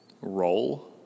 role